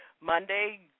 Monday